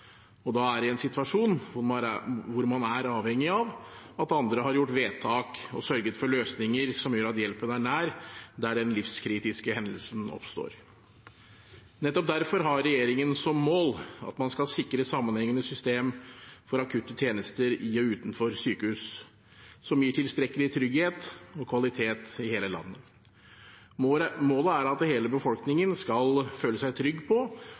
og en er i en situasjon der man er avhengig av at andre har gjort vedtak og sørget for løsninger som gjør at hjelpen er nær der den livskritiske hendelsen oppstår. Nettopp derfor har regjeringen som mål at man skal sikre sammenhengende systemer for akutte tjenester i og utenfor sykehus som gir tilstrekkelig trygghet og kvalitet i hele landet. Målet er at hele befolkningen skal føle seg trygg på